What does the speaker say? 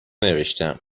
نوشتم